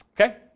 Okay